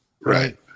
Right